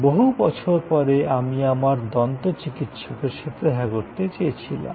বহু বছর পরে আমি আমার দন্ত চিকিৎসকের সাথে দেখা করতে চেয়েছিলাম